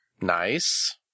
Nice